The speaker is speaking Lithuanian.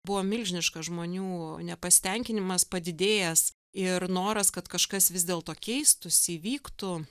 buvo milžiniškas žmonių nepasitenkinimas padidėjęs ir noras kad kažkas vis dėlto keistųsi įvyktų